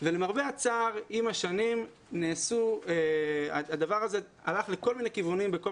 ולמרבה הצער עם השנים הדבר הזה הלך לכל מיני כיוונים בכל